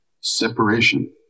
separation